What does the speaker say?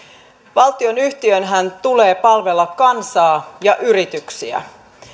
valtionyhtiönhän tulee palvella kansaa ja yrityksiä